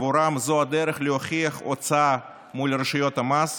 שעבורם זו הדרך להוכיח הוצאה מול רשויות המס,